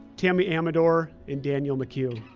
tammy amador, and danielle mchugh.